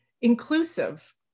inclusive